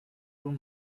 room